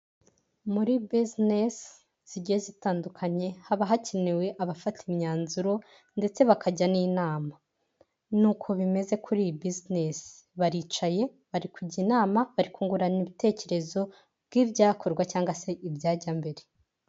Muri bizinesi zigiye zitandukanye, haba hakenewe abafata imyanzuro ndetse bakajya n'inama, ni uko bimeze kuri iyi bizinesi, baricaye, bari kujya inama, bari kungurana ibitekerezo by'ibyakorwa cyangwa se ibyajya mbere.